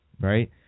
right